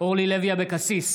אורלי לוי אבקסיס,